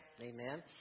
Amen